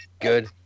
Good